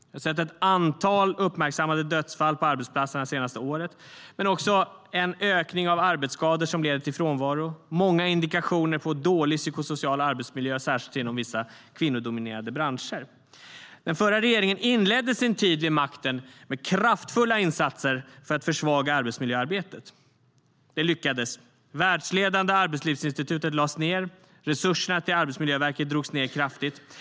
Det har varit ett antal uppmärksammade dödsfall på arbetsplatserna de senaste åren men också en ökning av arbetsskador som leder till frånvaro. Och det finns många indikationer på dålig psykosocial arbetsmiljö, särskilt inom vissa kvinnodominerade branscher. Den förra regeringen inledde sin tid vid makten med kraftfulla insatser för att försvaga arbetsmiljöarbetet. Det lyckades. Det världsledande Arbetslivsinstitutet lades ned, och resurserna till Arbetsmiljöverket drogs ned kraftigt.